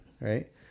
right